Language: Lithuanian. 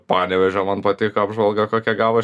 panevėžio man patiko apžvalga kokia gavos